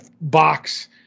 box